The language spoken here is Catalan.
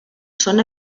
són